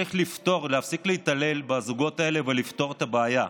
צריך להפסיק להתעלל בזוגות האלה ולפתור את הבעיה,